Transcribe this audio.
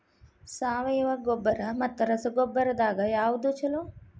ಸಾವಯವ ಗೊಬ್ಬರ ಮತ್ತ ರಸಗೊಬ್ಬರದಾಗ ಯಾವದು ಛಲೋ?